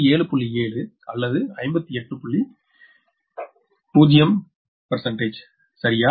7 அல்லது 58 சரியா